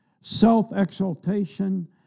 Self-exaltation